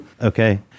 okay